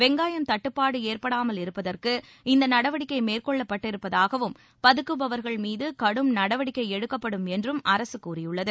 வெங்காயம் தட்டுப்பாடு ஏற்படாமல் இருப்பதற்கு இந்த நடவடிக்கை மேற்கொள்ளப்பட்டிருப்பதாகவும் பதுக்குபவர்கள் மீது கடும் நடவடிக்கை எடுக்கப்படும் என்றும் அரசு கூறியுள்ளது